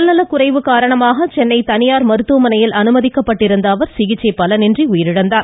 உடல்நலக்குறைவு காரணமாக சென்னை தனியார் மருத்துவமனையில் அனுமதிக்கப்பட்டிருந்த அவர் சிகிச்சை பலனின்றி உயிரிழந்தார்